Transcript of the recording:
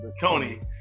tony